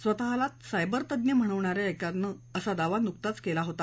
स्वतःला सायबर तज्ञ म्हणवणा या एकानं असा दावा नुकता केला होता